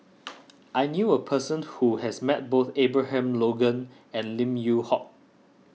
I knew a person who has met both Abraham Logan and Lim Yew Hock